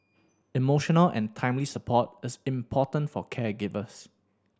emotional and timely support is important for caregivers